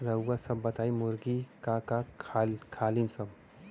रउआ सभ बताई मुर्गी का का खालीन सब?